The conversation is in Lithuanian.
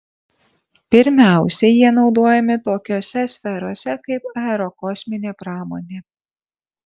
pirmiausia jie naudojami tokiose sferose kaip aerokosminė pramonė